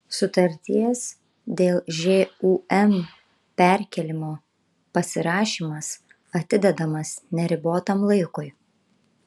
sutarties dėl žūm perkėlimo pasirašymas atidedamas neribotam laikui